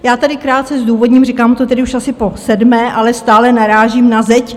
Já tady krátce zdůvodním, říkám to tedy už asi posedmé, ale stále narážím na zeď.